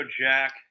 Jack